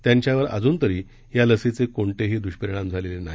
त्यांच्यावर अजून तरी या लसीचे कोणतेही द्रष्परिणाम झालेले नाही